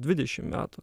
dvidešim metų